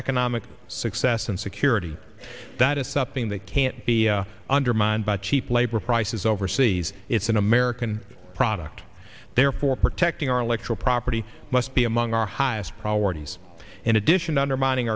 economic success and security that is supping that can't be undermined by cheap labor prices overseas it's an american product therefore protecting our electoral property must be among our highest priorities in addition undermining